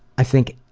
i think,